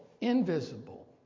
invisible